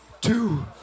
two